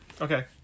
Okay